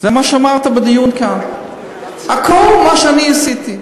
מה שאמרת בדיון כאן, הכול מה שאני עשיתי.